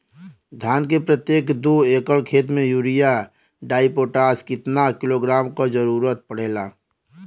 धान के प्रत्येक दो एकड़ खेत मे यूरिया डाईपोटाष कितना किलोग्राम क जरूरत पड़ेला?